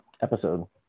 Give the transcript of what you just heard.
episode